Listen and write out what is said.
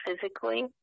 physically